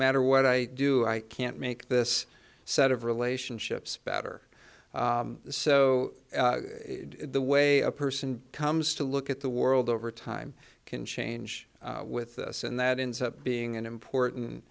matter what i do i can't make this set of relationships better so the way a person comes to look at the world over time can change with us and that ends up being an importan